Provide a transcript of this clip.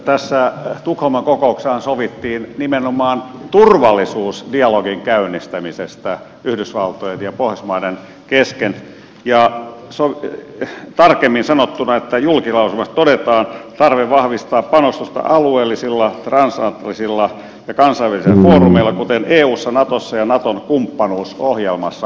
tässä tukholman kokouksessahan sovittiin nimenomaan turvallisuusdialogin käynnistämisestä yhdysvaltojen ja pohjoismaiden kesken ja tarkemmin sanottuna että julkilausumassa todetaan tarve vahvistaa panostusta alueellisilla transatlanttisilla ja kansainvälisillä foorumeilla kuten eussa natossa ja naton kumppanuusohjelmassa